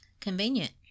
Convenient